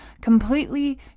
completely